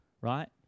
right